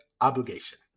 obligation